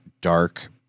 dark